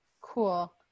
cool